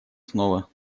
снова